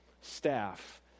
Staff